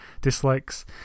dislikes